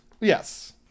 Yes